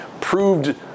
proved